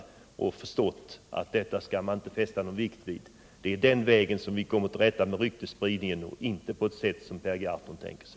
Man borde ha förstått att man inte skulle fästa någon vikt vid den. Det är nämligen på den vägen man kommer till rätta med ryktesspridning — inte på det sätt Per Gahrton tänker sig.